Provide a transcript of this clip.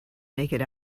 naked